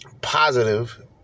positive